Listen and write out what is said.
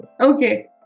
Okay